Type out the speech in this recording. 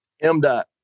M-Dot